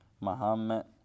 Muhammad